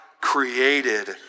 created